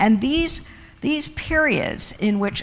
and these these periods in which